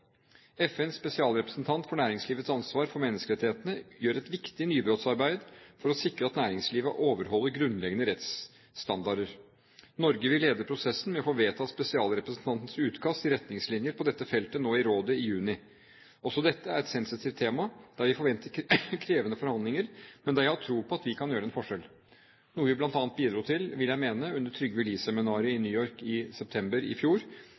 FNs spesialrepresentant for næringslivets ansvar for menneskerettighetene gjør et viktig nybrottsarbeid for å sikre at næringslivet overholder grunnleggende rettsstandarder. Norge vil lede prosessen med å få vedtatt spesialrepresentantens utkast til retningslinjer på dette feltet nå i rådet i juni. Også dette er et sensitivt tema, der vi forventer krevende forhandlinger, men der jeg har tro på at vi kan gjøre en forskjell – noe vi bl.a. bidro til, vil jeg mene, under Trygve Lie-seminaret i New York i september i fjor,